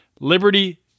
Liberty